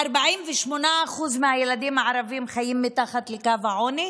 48% מהילדים הערבים חיים מתחת לקו העוני,